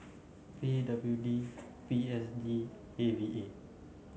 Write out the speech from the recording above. P W D P S D A V A